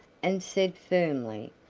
and said firmly,